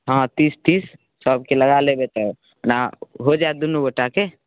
हँ तीस तीस सभके लगा लेबै तऽ ओना हो जायत दुनू गोटाके